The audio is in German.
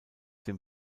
dem